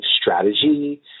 strategy